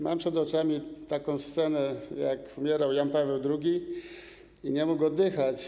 Mam przed oczami taką scenę, jak umierał Jan Paweł II i nie mógł oddychać.